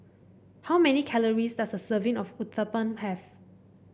how many calories does a serving of Uthapam have